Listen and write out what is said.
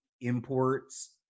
imports